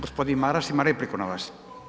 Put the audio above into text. Gospodin Maras ima repliku na vas.